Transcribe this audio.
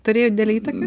turėjo didelę įtaką